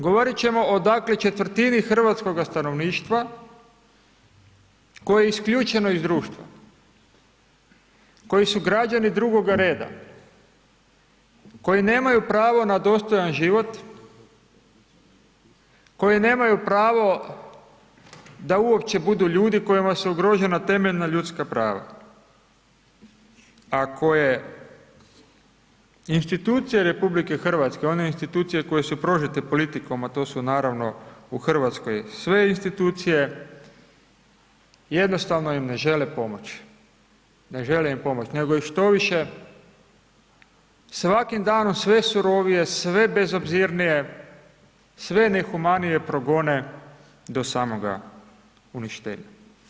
Govoriti ćemo o dakle, četvrtini hrvatskoga stanovništva, koje je isključeno iz društva, koji su građani drugoga reda, koji nemaju pravo na dostojan život, koji nemaju pravo, da uopće budu ljudi, kojima su ugroženi temeljna ljudska prava, a koje institucije RH, one institucije, koje su prožete politikom, a to su naravno u Hrvatskoj sve institucije, jednostavno im ne žele pomoći, ne žele im pomoći, nego ih štoviše, svakim danom, sve surovije, sve bezobzirnije, sve nehumanije progone do samoga uništenja.